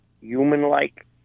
human-like